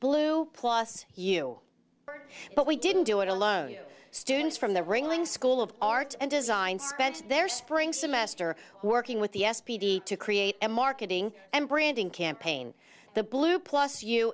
blue plus you but we didn't do it alone students from the ringling school of arts and design spent their spring semester working with the s p d to create a marketing and branding campaign the blue plus you